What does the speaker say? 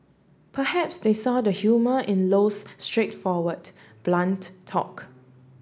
perhaps they saw the humour in Low's straightforward blunt talk